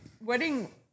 wedding